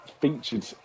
featured